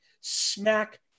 smack